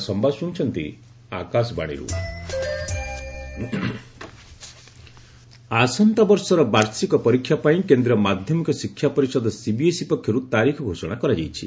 CBSE exam ଆସନ୍ତାବର୍ଷର ବାର୍ଷିକ ପରୀକ୍ଷା ପାଇଁ କେନ୍ଦ୍ରୀୟ ମାଧ୍ୟମିକ ଶିକ୍ଷା ପରିଷଦ ସିବିଏସ୍ଇ ପକ୍ଷରୁ ତାରିଖ ଘୋଷଣା କରାଯାଇଛି